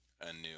anew